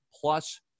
plus